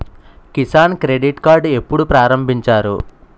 Kisan credit card ఎప్పుడు ప్రారంభించారు?